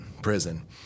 prison